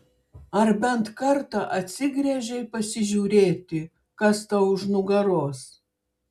ar bent kartą atsigręžei pasižiūrėti kas tau už nugaros